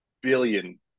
billion